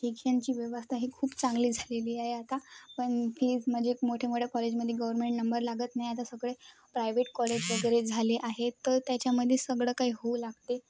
शिक्षणाची व्यवस्था ही खूप चांगली झालेली आहे आता पण फीज म्हणजे एक मोठे मोठ्या कॉलेजमध्ये गव्हर्मेंट नंबर लागत नाही आता सगळे प्रायवेट कॉलेज वगैरे झाले आहे तर त्याच्यामध्ये सगळं काही होऊ लागते